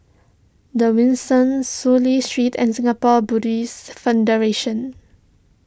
the Windsor Soon Lee Street and Singapore Buddhist Federation